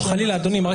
יש